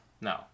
No